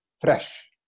fresh